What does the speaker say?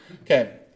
Okay